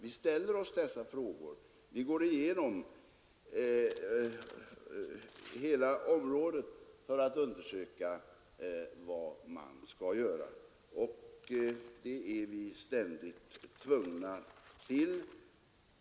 Vi ställer oss dessa frågor, vi går igenom hela området för att undersöka vad man skall göra, och det är vi ständigt tvungna till.